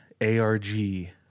ARG